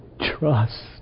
trust